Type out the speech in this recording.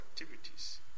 activities